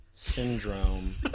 Syndrome